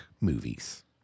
movies